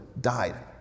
died